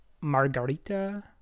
margarita